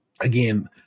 again